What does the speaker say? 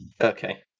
Okay